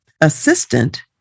assistant